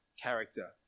character